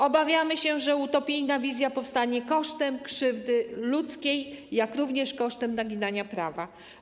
Obawiamy się, że utopijna wizja powstanie kosztem krzywdy ludzkiej, jak również kosztem naginania prawa.